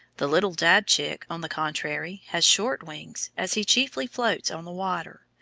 the little dabchick, on the contrary, has short wings, as he chiefly floats on the water.